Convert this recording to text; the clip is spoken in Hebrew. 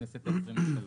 הכנסת העשרים ושלוש.